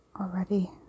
already